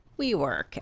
WeWork